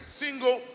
single